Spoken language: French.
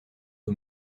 aux